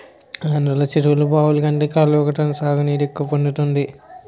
ఆంధ్రలో చెరువులు, బావులు కంటే కాలవతోనే సాగునీరు ఎక్కువ అందుతుంది